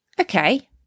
Okay